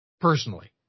personally